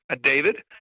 David